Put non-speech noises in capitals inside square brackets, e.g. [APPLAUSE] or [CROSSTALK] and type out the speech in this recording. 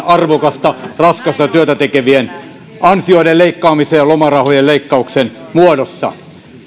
[UNINTELLIGIBLE] arvokasta raskasta työtä tekevien ansioiden leikkaamiseen lomarahojen leikkauksen muodossa